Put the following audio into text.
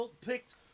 picked